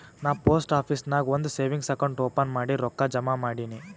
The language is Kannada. ನಾ ಪೋಸ್ಟ್ ಆಫೀಸ್ ನಾಗ್ ಒಂದ್ ಸೇವಿಂಗ್ಸ್ ಅಕೌಂಟ್ ಓಪನ್ ಮಾಡಿ ರೊಕ್ಕಾ ಜಮಾ ಮಾಡಿನಿ